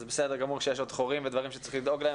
זה בסדר גמור שיש עוד חורים ודברים שצריך לדאוג להם